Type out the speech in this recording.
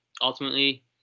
ultimately